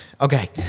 Okay